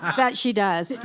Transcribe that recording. um that she does.